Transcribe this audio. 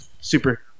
super